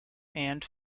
and